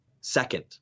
second